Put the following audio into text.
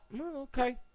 Okay